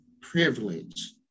privilege